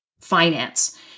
finance